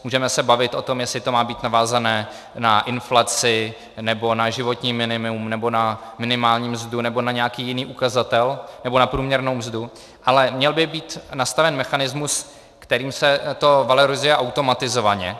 Můžeme se bavit o tom, jestli to má být navázané na inflaci, nebo na životní minimum, nebo na minimální mzdu, nebo na nějaký jiný ukazatel, nebo na průměrnou mzdu, ale měl by být nastaven mechanismus, kterým se to valorizuje automatizovaně.